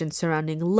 surrounding